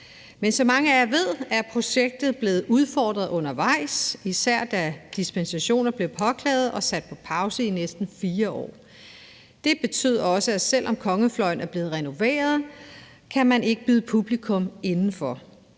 Men som mange af jer ved, er projektet blevet udfordret undervejs, især da dispensationer blev påklaget og sat på pause i næsten 4 år. Det har også betydet, at selv om kongefløjen er blevet renoveret, kan man ikke byde publikum indenfor,